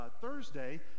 Thursday